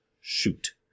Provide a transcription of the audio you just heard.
shoot